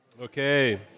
Okay